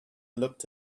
looked